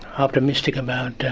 optimistic about